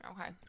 okay